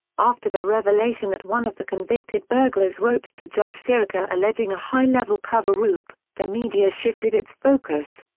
after the revelation that one of the convicted burglars wrote to judge sirica alleging a high-level coverup, the media shifted its focus.